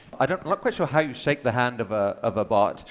i'm not quite sure how you shake the hand of ah of a bot,